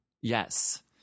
Yes